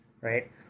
right